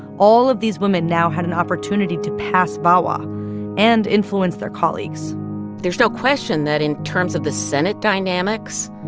all of these women now had an opportunity to pass vawa and influence their colleagues there's no question that in terms of the senate dynamics,